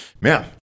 Man